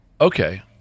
Okay